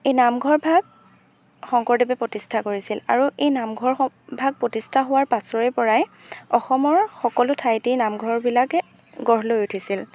এই নামঘৰ ভাগ শংকৰদেৱে প্ৰতিষ্ঠা কৰিছিল আৰু এই নামঘৰ স ভাগ প্ৰতিষ্ঠা হোৱাৰ পাছৰে পৰাই অসমৰ সকলো ঠাইতে নামঘৰবিলাকে গঢ় লৈ উঠিছিল